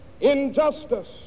injustice